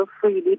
freely